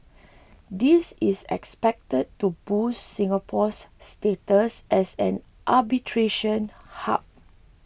this is expected to boost Singapore's status as an arbitration hub